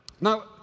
Now